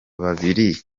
babiri